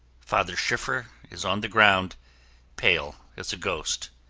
father schiffer is on the ground pale as a ghost.